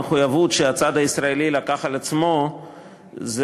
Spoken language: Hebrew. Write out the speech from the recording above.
המחויבות שהצד הישראלי לקח על עצמו היא